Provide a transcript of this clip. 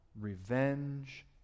revenge